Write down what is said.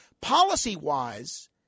policy-wise